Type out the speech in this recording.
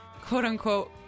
quote-unquote